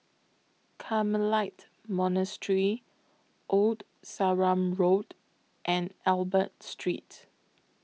Carmelite Monastery Old Sarum Road and Albert Street